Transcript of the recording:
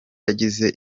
yagize